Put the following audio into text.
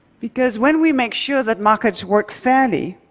because when we make sure that markets work fairly,